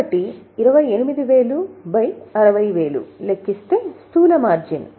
కాబట్టి 2800060000 లెక్కిస్తే స్థూల మార్జిన్ 46